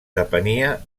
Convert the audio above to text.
depenia